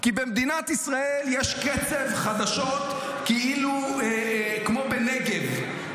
כי במדינת ישראל יש קצב חדשות כאילו כמו בנגב,